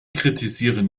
kritisieren